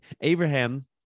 Abraham